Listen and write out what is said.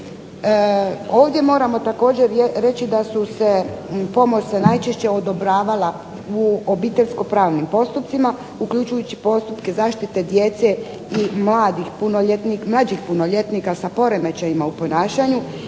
Ovdje moramo također reći da su se, pomoć se najčešće odobravala u obiteljsko-pravnim postupcima, uključujući postupke zaštite djece i mladih punoljetnih, mlađih punoljetnika sa poremećajima u ponašanju,